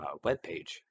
webpage